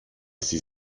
sie